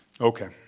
Okay